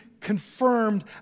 confirmed